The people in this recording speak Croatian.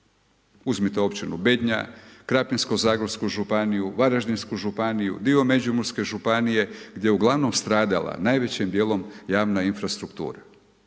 uzmite općinu Bednja, Krapinsko zagorsku županiju, Varaždinsku županiju, dio Međimurske županije, gdje je ugl. stradala, najvećim dijelom javna infrastruktura.